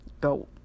Go